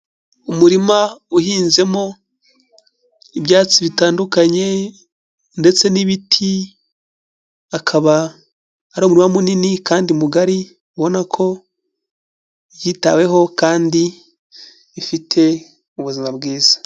Umurima uhinzemo ibyatsi bitandukanye ndetse n'ibiti, akaba ari umurima munini kandi mugari, ubona ko yitaweho kandi ifite ubuzima bwiza.